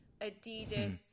Adidas